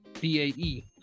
b-a-e